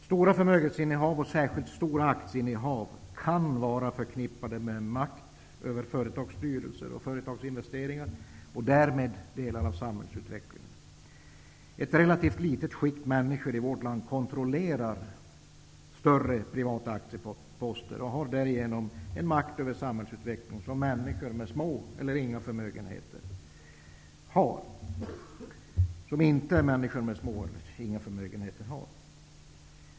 Stora förmögenhetsinnehav och särskilt stora aktieinnehav kan vara förknippade med makt över företagsstyrelser och företagsinvesteringar och därmed över delar av samhällsutvecklingen. Ett relativt litet skikt människor i vårt land kontrollerar större privata aktieposter och har därigenom en makt över samhällsutvecklingen som människor med små eller inga förmögenheter inte har.